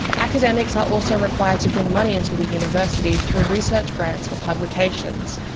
academics are also required to bring money into the university through research grants or publications,